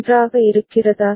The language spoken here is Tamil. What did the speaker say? நன்றாக இருக்கிறதா